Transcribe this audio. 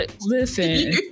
Listen